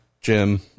Jim